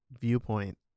viewpoint